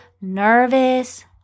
nervous